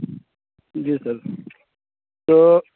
جی sir تو